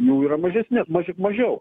jau yra mažesni maž mažiau